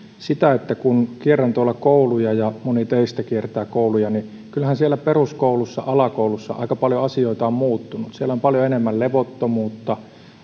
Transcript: sitä että kun kierrän tuolla kouluja ja moni teistäkin kiertää kouluja niin kyllähän siellä peruskoulussa alakoulussa on aika paljon asioita muuttunut siellä on paljon enemmän levottomuutta